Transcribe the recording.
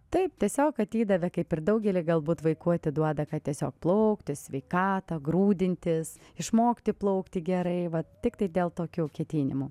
taip tiesiog atidavė kaip ir daugelį galbūt vaikų atiduoda kad tiesiog plaukti sveikatą grūdintis išmokti plaukti gerai vat tiktai dėl tokių ketinimų